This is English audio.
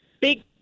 big